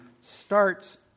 starts